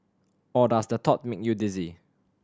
or does the thought make you dizzy